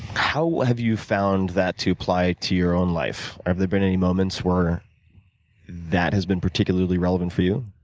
how have you found that to apply to your own life? ah have there been any moments where that has been particularly relevant for you?